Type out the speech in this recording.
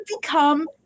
become